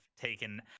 taken